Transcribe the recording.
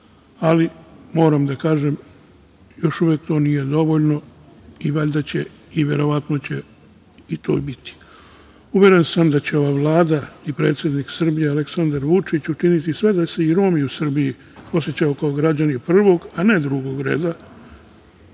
ali moram da kažem da još uvek to nije dovoljno i valjda će i verovatno će i to biti. Uveren sam da će i ova Vlada i predsednik Srbije Aleksandar Vučić učiniti sve da se i Romi u Srbiji osećaju kao građani prvog, a ne drugog reda,